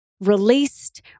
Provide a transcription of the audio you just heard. released